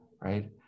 right